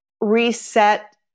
reset